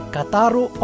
Kataru